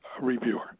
reviewer